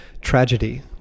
tragedy